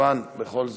יוון, בכל זאת.